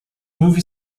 movie